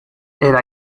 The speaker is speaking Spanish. era